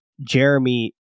jeremy